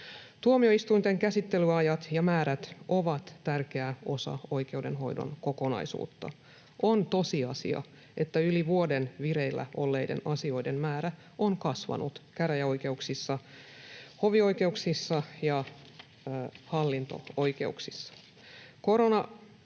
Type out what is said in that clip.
Tuomioistuinten käsittelyajat ja määrät ovat tärkeä osa oikeudenhoidon kokonaisuutta. On tosiasia, että yli vuoden vireillä olleiden asioiden määrä on kasvanut käräjäoikeuksissa, hovioikeuksissa ja hallinto-oikeuksissa. Koronaepidemia